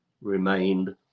remained